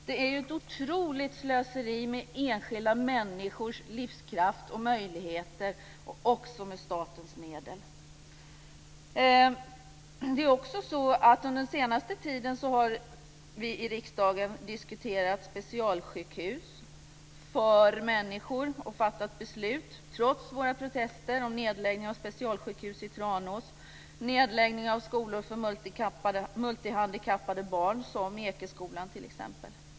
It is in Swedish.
Det är ju ett otroligt slöseri med enskilda människors livskraft och möjligheter och också med statens medel. Under den senaste tiden har riksdagen också diskuterat specialsjukhus för människor och fattat beslut, trots våra protester mot nedläggning av specialsjukhus i Tranås och nedläggning av skolor för multihandikappade barn, t.ex. Ekeskolan.